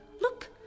Look